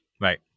Right